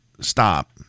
Stop